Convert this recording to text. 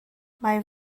mae